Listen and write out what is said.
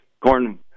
corn